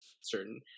certain